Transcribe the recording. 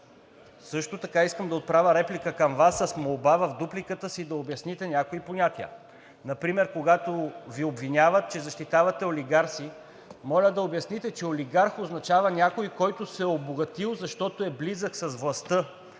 се казва, искам да отправя реплика към Вас с молба в дупликата си да обясните някои понятия. Например, когато Ви обвиняват, че защитавате оригарси, моля да обясните, че олигарх означава някой, който се е обогатил, защото е близък с властта.